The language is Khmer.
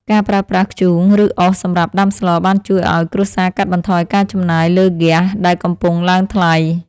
ការប្រើប្រាស់ធ្យូង ឬអុសសម្រាប់ដាំស្លបានជួយឱ្យគ្រួសារកាត់បន្ថយការចំណាយលើហ្គាសដែលកំពុងឡើងថ្លៃ។